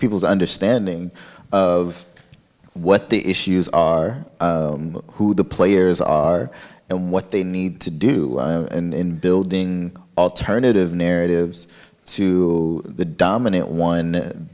people's understanding of what the issues are who the players are and what they need to do in building alternative narratives to the dominant one